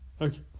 Okay